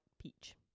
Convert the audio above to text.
peach